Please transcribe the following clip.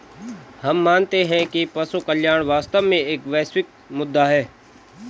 हम मानते हैं कि पशु कल्याण वास्तव में एक वैश्विक मुद्दा है